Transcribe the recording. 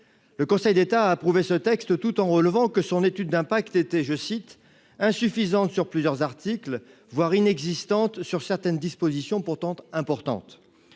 le Conseil d'État a approuvé ce texte tout en relevant que son étude d'impact était je cite insuffisante sur plusieurs articles voire inexistantes sur certaines dispositions pourtant importantes,